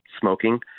smoking